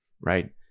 Right